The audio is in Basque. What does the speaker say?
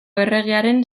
erregearen